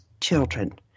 children